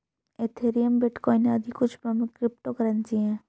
Ethereum, bitcoin आदि कुछ प्रमुख क्रिप्टो करेंसी है